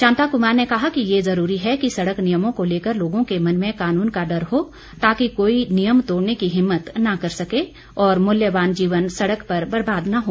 शांता कुमार ने कहा कि ये जरूरी है कि सड़क नियमों को लेकर लोगों के मन में कानून का डर हो ताकि कोई नियम तोड़ने की हिम्मत न कर सके और मूल्यवान जीवन सड़क पर बर्बाद न हो